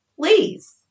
Please